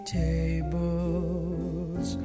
tables